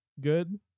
good